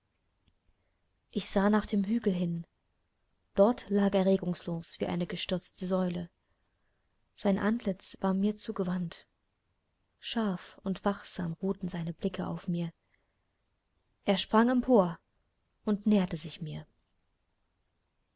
ich sah nach dem hügel hin dort lag er regungslos wie eine gestürzte säule sein antlitz war mir zugewandt scharf und wachsam ruhten seine blicke auf mir er sprang empor und näherte sich mir